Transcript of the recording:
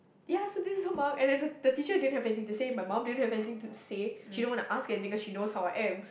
ya so this is her mark and then the the teacher didn't have anything to say my mum didn't have anything to say she don't wanna ask anything cause she knows how I am